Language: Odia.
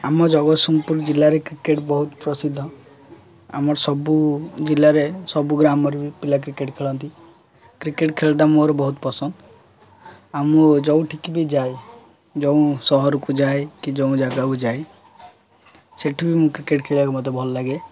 ଆମ ଜଗତସିଂହପୁର ଜିଲ୍ଲାରେ କ୍ରିକେଟ ବହୁତ ପ୍ରସିଦ୍ଧ ଆମର ସବୁ ଜିଲ୍ଲାରେ ସବୁ ଗ୍ରାମରେ ବି ପିଲା କ୍ରିକେଟ ଖେଳନ୍ତି କ୍ରିକେଟ ଖେଳଟା ମୋର ବହୁତ ପସନ୍ଦ ଆଉ ମୁଁ ଯେଉଁଠିକି ବି ଯାଏ ଯେଉଁ ସହରକୁ ଯାଏ କି ଯେଉଁ ଜାଗାକୁ ଯାଏ ସେଇଠି ମୁଁ କ୍ରିକେଟ ଖେଳିବାକୁ ମୋତେ ଭଲ ଲାଗେ